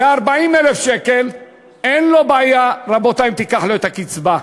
ו-40,000 שקל, אין לו בעיה אם תיקח לו את הקצבה.